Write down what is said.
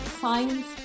science